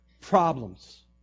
problems